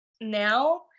now